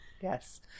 Yes